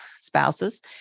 spouses